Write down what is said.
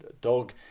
dog